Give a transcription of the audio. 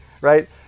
right